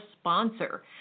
sponsor